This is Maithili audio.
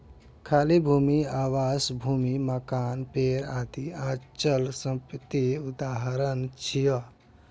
खाली भूमि, आवासीय भूमि, मकान, पेड़ आदि अचल संपत्तिक उदाहरण छियै